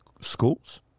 schools